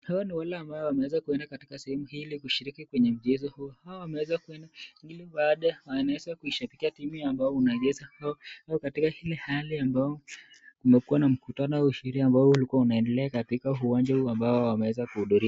Hao ni wale ambao wameweza kuenda katika sehemu hii ili kushiriki kwenye mchezo huu. Hao wameweza kuenda. Kile bada wanaweza kuishabikia timu ambayo unaweza. Hao katika ile hali ambayo wamekuwa na mkutano au sheria ambayo ulikuwa unaendelea katika uwanja huu ambao wameweza kuhudhuria.